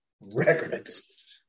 records